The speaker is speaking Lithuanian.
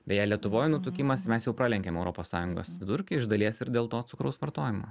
beje lietuvoj nutukimas mes jau pralenkėm europos sąjungos vidurkį iš dalies ir dėl to cukraus vartojimo